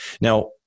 Now